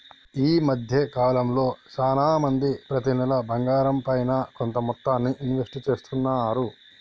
ఈ మద్దె కాలంలో చానా మంది ప్రతి నెలా బంగారంపైన కొంత మొత్తాన్ని ఇన్వెస్ట్ చేస్తున్నారు